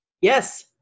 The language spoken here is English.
Yes